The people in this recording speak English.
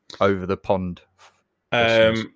over-the-pond